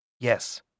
Yes